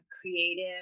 creative